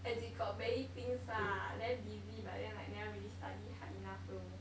as in got many things lah then busy but then like never really study hard enough lor